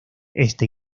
este